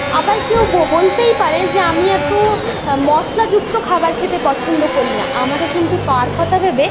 আবার কেউ বলতেই পারে যে আমি এত মশলা যুক্ত খাবার খেতে পছন্দ করি না আমাকে কিন্তু তার কথা ভেবে